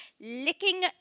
licking